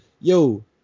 yo